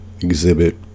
exhibit